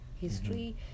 history